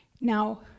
Now